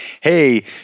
hey